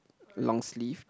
long sleeve